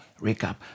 recap